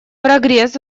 прогресс